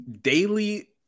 daily